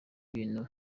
bintu